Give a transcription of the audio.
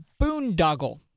boondoggle